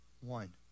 one